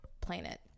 planet